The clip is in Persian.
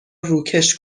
روکش